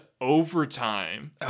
overtime